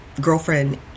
girlfriend